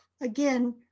again